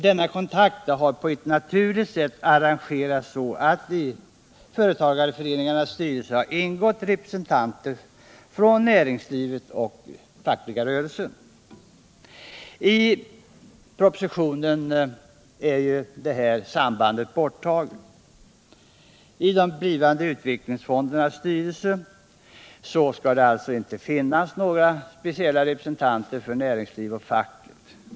Denna kontakt kan på ett naturligt sätt arrangeras så = ling, m.m. att i föreningarnas styrelser ingår representanter både från näringslivet och från den fackliga rörelsen. I propositionen finns inte dessa kontaktvägar med i bilden. I de blivande utvecklingsfondernas styrelser skall det inte ingå några speciella representanter för näringslivet och facket.